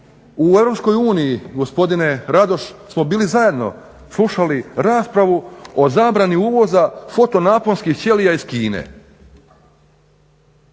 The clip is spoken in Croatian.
U EU gospodine Radoš smo bili zajedno, slušali raspravu o zabrani uvoza fotonaponskih ćelija iz Kine